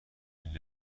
این